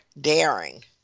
daring